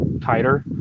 tighter